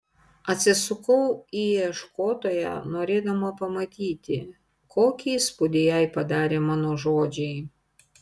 atsisukau į ieškotoją norėdama pamatyti kokį įspūdį jai padarė mano žodžiai